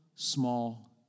small